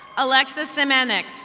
alexa simeneick.